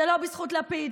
זה לא בזכות לפיד